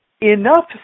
enough